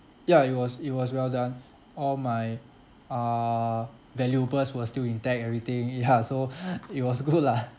ya it was it was well done all my uh valuables were still intact everything ya so it was good lah